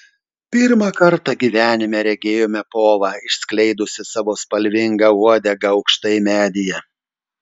pirmą kartą gyvenime regėjome povą išskleidusį savo spalvingą uodegą aukštai medyje